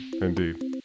indeed